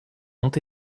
ont